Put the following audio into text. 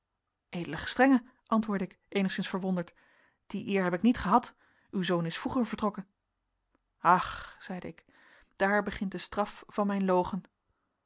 ed gestrenge antwoordde ik eenigszins verwonderd die eer heb ik niet gehad uw zoon is vroeger vertrokken ach zeide ik daar begint de straf van mijn logen